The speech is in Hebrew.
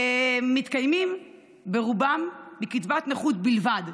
מתקיימים מקצבת נכות בלבד,